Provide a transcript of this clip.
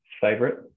favorite